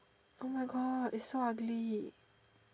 oh my God it's so ugly